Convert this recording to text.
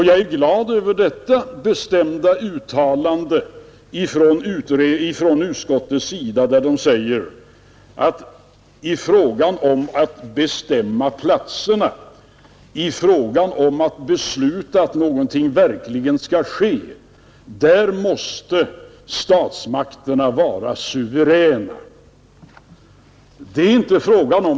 Jag är glad över det bestämda uttalande från utskottet där det säger, att i fråga om att bestämma platserna och i fråga om att besluta att någonting verkligen skall ske måste statsmakterna vara suveräna.